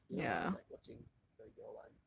you know I was like watching the year one